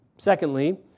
Secondly